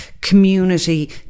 Community